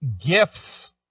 gifts